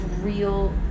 real